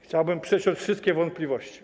Chciałbym przeciąć wszystkie wątpliwości.